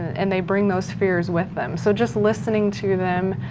and they bring those fears with them, so just listening to them,